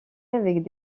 avec